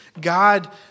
God